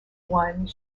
one